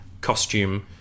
costume